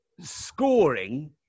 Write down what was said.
scoring